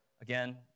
again